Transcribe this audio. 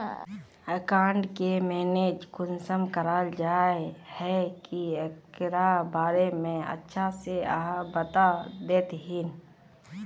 Account के manage कुंसम कराल जाय है की एकरा बारे में अच्छा से आहाँ बता देतहिन?